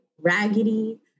raggedy